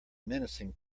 menacing